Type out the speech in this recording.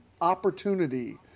opportunity